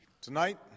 Tonight